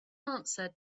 answer